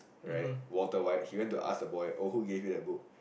right Walter White he went to ask the boy oh who gave you that book